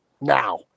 now